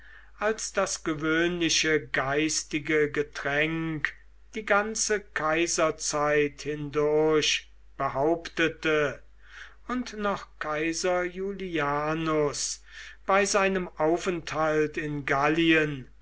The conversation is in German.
als das gewöhnliche geistige getränk die ganze kaiserzeit hindurch behauptete und noch kaiser julianus bei seinem aufenthalt in gallien